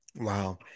Wow